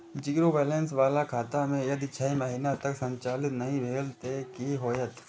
Zero balance बाला खाता में यदि छः महीना तक संचालित नहीं भेल ते कि होयत?